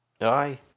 Aye